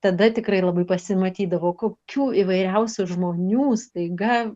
tada tikrai labai pasimatydavo kokių įvairiausių žmonių staiga